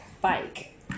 bike